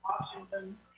Washington